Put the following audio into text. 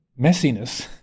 messiness